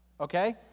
Okay